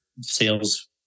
sales